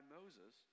Moses